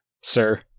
sir